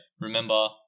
remember